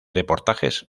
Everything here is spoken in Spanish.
reportajes